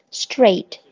straight